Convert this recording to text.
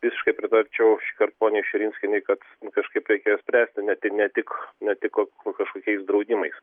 visiškai pritarčiau dar poniai širinskienei kad kažkaip reikia spręsti ne tik ne tik ne tik kažkokiais draudimais